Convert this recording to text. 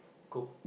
cook